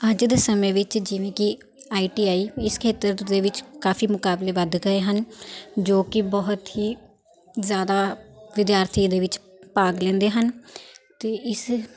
ਅੱਜ ਦੇ ਸਮੇਂ ਵਿੱਚ ਜਿਵੇਂ ਕਿ ਆਈ ਟੀ ਆਈ ਇਸ ਖੇਤਰ ਦੇ ਵਿੱਚ ਕਾਫ਼ੀ ਮੁਕਾਬਲੇ ਵੱਧ ਗਏ ਹਨ ਜੋ ਕਿ ਬਹੁਤ ਹੀ ਜ਼ਿਆਦਾ ਵਿਦਿਆਰਥੀ ਇਹਦੇ ਵਿੱਚ ਭਾਗ ਲੈਂਦੇ ਹਨ ਅਤੇ ਇਸ